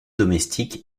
domestique